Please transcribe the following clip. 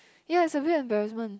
ya it's a weird embarrassment